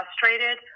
frustrated